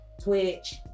Twitch